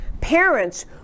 parents